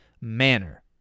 manner